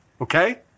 Okay